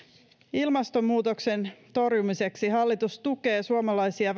ilmastonmuutoksen torjumiseksi hallitus tukee suomalaisia